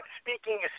speaking